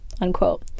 unquote